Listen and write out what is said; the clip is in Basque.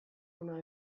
hona